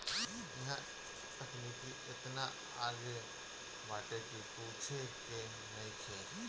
इहां तकनीकी एतना आगे बाटे की पूछे के नइखे